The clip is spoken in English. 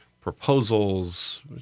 proposals –